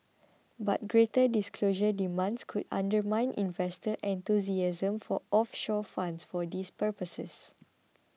but greater disclosure demands could undermine investor enthusiasm for offshore funds for these purposes